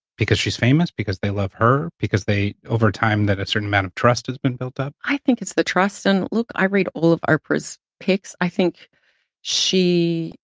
because she's famous? because they love her? because they, over time, that a certain amount of trust has been built up? i think it's the trust. and look, i read all of ah oprah's picks. i think she,